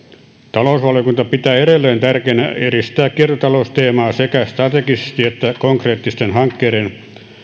talousvaliokunta pitää edelleen tärkeänä edistää kiertotalousteemaa sekä strategisesti että konkreettisten hankkeiden